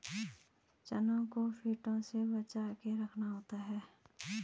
चनों को कीटों से बचाके रखना होता है